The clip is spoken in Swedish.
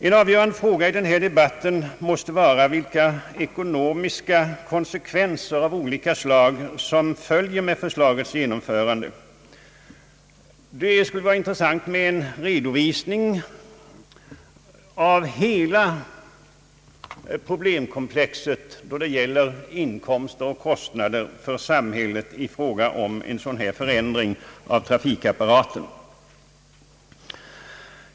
En avgörande fråga i denna debatt måste vara vilka ekonomiska konse Ang. nedläggningen av järnvägsstationer kvenser av olika slag som följer med förslagets genomförande. Det vore intressant med en redovisning av hela problemkomplexet vad gäller inkomster och kostnader för samhället i fråga om en sådan här förändring av trafikapparaten.